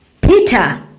peter